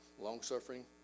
long-suffering